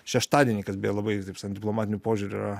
šeštadienį kas beje labai taip sakant diplomatiniu požiūriu